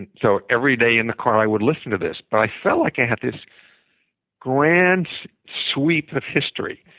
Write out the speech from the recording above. and so every day in the car i would listen to this. but i felt like i had this grand sweep of history.